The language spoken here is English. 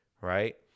Right